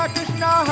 Krishna